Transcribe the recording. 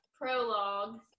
prologue